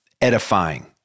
edifying